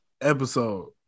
episode